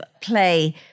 play